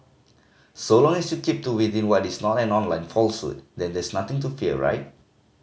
so long as you keep to within what is not an online falsehood then there's nothing to fear right